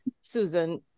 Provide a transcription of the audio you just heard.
Susan